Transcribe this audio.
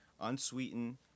unsweetened